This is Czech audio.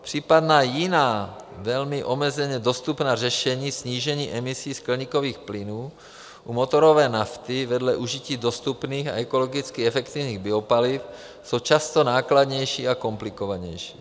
Případná jiná, velmi omezeně dostupná řešení snížení emisí skleníkových plynů u motorové nafty vedle užití dostupných a ekologicky efektivních biopaliv jsou často nákladnější a komplikovanější.